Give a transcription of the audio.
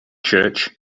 church